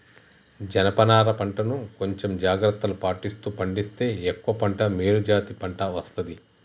జనప నారా పంట ను కొంచెం జాగ్రత్తలు పాటిస్తూ పండిస్తే ఎక్కువ పంట మేలు జాతి పంట వస్తది